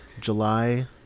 July